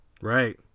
Right